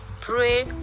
pray